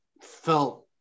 felt